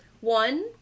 One